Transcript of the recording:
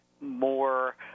more